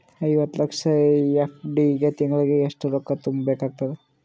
ಐವತ್ತು ಲಕ್ಷ ಎಫ್.ಡಿ ಗೆ ತಿಂಗಳಿಗೆ ಎಷ್ಟು ರೊಕ್ಕ ತುಂಬಾ ಬೇಕಾಗತದ?